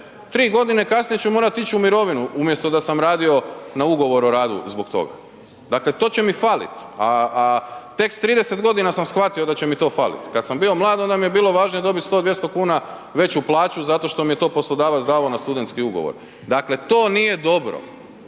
tri godine, kasnije ću morat ići u mirovinu umjesto da sam radio na ugovor o radu zbog toga, dakle to će mi falit. A tek s 30 godina sam shvatio da će mi to falit. Kada sam bio mlad onda mi je bilo važno dobiti 100, 200 kuna veću plaću zato što mi je to poslodavac davao na studentski ugovor. Dakle to nije dobro,